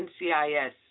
NCIS